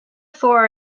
four